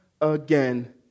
again